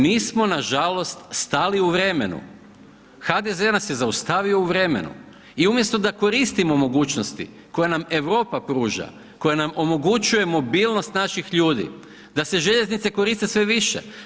Mi smo nažalost stali u vremenu, HDZ nas je zaustavio u vremenu i umjesto da koristimo mogućnosti koje nam Europa pruža, koja nam omogućuje mobilnost naših ljudi, da e željeznice koriste sve više.